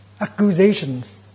accusations